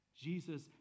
Jesus